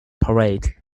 parade